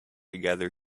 together